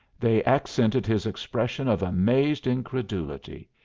they accented his expression of amazed incredulity.